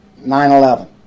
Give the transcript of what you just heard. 9-11